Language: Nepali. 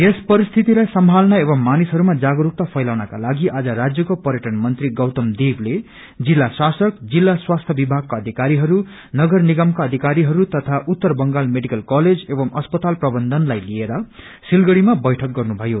यस परिस्थितिलाई संभालन एंव मानिसहरूमा जागस्कता फैलाउनकालागि आज राज्यको पर्यटन मंत्री गौतम देवले जिल्ला शासक जिल्ला स्वास्थ्य विभागका अधिकारीहरू नगर निगमका अधिकारीहरू तथा उत्तर बंगाल मेडिकल कलेज एंव अस्पताल प्रबन्धनलाई लिएर सिलगडीमा बैठक गर्नुभयो